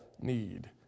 need